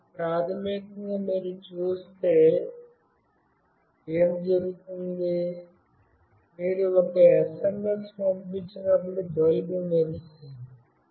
ఇప్పుడుప్రాథమికంగా మీరు చూస్తే ఏమి జరుగుతుందో మీరు ఒక SMS పంపినప్పుడు బల్బ్ మెరుస్తుంది